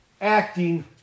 acting